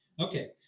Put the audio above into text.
Okay